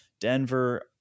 Denver